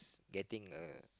getting a